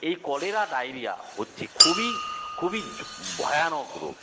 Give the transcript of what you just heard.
এই cholera diarrhoea হচ্ছে খুবই খুবই ভয়ানক রোগ